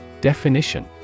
Definition